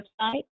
website